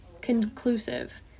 conclusive